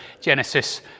Genesis